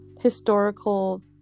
historical